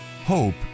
hope